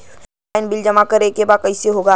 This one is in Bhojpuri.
ऑनलाइन बिल जमा करे के बा कईसे होगा?